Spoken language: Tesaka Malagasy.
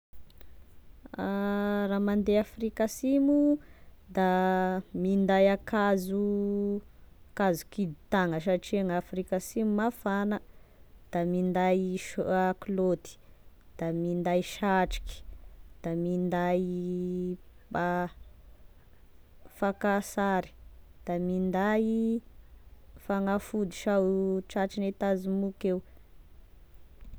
Raha mandeha Afrika asimo da minday akanzo akanzo kidy tagna satria an'Afrika asimo mafana da minday sh- kilaoty da minday satroly da minday fakansary da minday fagnafody sao tratrin'ny tazomoky eo.